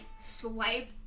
swipe